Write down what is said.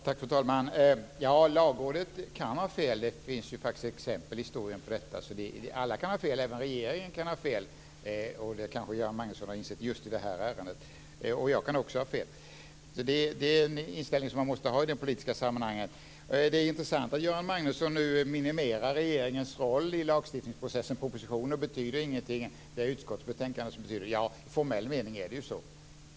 Fru talman! Lagrådet kan ha fel. Det finns ju faktiskt exempel i historien på det. Alla kan ha fel. Även regeringen kan ha fel, och det kanske Göran Magnusson har insett just i det här ärendet. Jag kan också ha fel. Det är en inställning man måste ha i de politiska sammanhangen. Det är intressant att Göran Magnusson nu minimerar regeringens roll i lagstiftningsprocessen. Propositioner betyder ingenting. Det är utskottsbetänkanden som betyder någonting. I formell mening är det så.